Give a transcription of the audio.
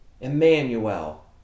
Emmanuel